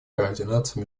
координации